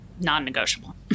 non-negotiable